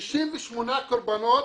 68 קורבנות